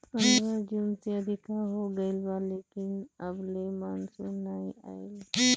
पंद्रह जून से अधिका हो गईल बा लेकिन अबले मानसून नाइ आइल